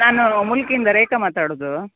ನಾನು ಮುಲ್ಕಿಯಿಂದ ರೇಖಾ ಮಾತಾಡೋದು